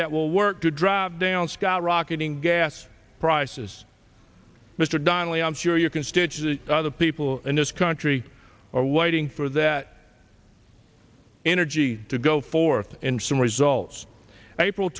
that will work to drive down scott rocketing gas prices mr donnelly i'm sure you can stitch the other people in this country are waiting for that energy to go forth and some results april